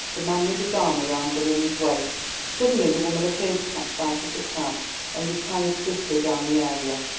the man with his arm round the woman's waist. suddenly the woman appeared to catch sight of the cab and retired swiftly down the area.